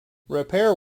repair